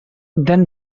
then